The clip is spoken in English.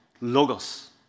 logos